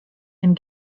and